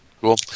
Cool